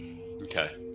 Okay